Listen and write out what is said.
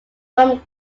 whom